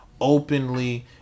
openly